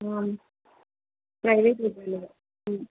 आं प्रैवेट् विद्यालयः